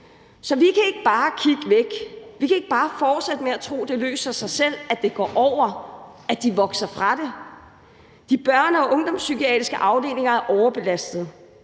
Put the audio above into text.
Vi kan ikke bare kigge væk. Vi kan ikke bare fortsætte med at tro, at det løser sig selv, at det går over, at de vokser fra det. De børne- og ungdomspsykiatriske afdelinger er overbelastede,